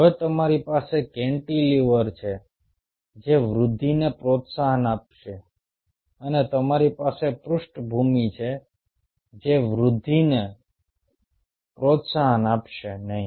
હવે તમારી પાસે કેન્ટિલીવર્સ છે જે વૃદ્ધિને પ્રોત્સાહન આપશે અને તમારી પાસે પૃષ્ઠભૂમિ છે જે વૃદ્ધિને પ્રોત્સાહન આપશે નહીં